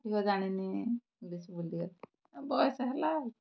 ଜାଣିନି ଇଂଲିଶ୍ ବୟସ ହେଲା ଆଉ